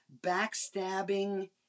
backstabbing